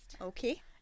Okay